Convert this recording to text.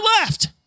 left